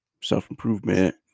self-improvement